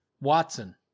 Watson